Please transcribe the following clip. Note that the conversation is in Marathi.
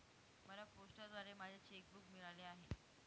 मला पोस्टाद्वारे माझे चेक बूक मिळाले आहे